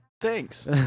Thanks